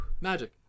Magic